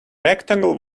rectangle